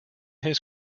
his